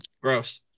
Gross